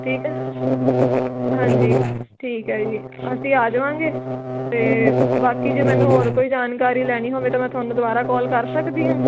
ਠੀਕ ਐ ਹਾਂਜੀ ਠੀਕ ਐ ਜੀ ਤੇ ਆਜਮਾਂਗੇ ਤੇ ਬਾਕੀ ਜੇ ਮੈਨੂੰ ਹੋਰ ਕੋਈ ਜਾਣਕਾਰੀ ਲੈਣੀ ਹੋਵੇ ਤਾਂ ਮੈਂ ਤੁਹਾਨੂੰ ਦੁਬਾਰਾ ਕੋਲ ਕਰ ਸਕਦੀ ਐ